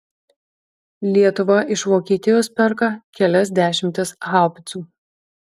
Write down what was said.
lietuva iš vokietijos perka kelias dešimtis haubicų